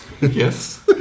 yes